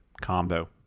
combo